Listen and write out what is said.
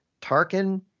Tarkin